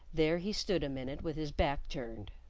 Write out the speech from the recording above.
there he stood a minute with his back turned,